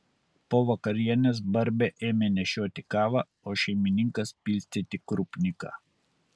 po vakarienės barbė ėmė nešioti kavą o šeimininkas pilstyti krupniką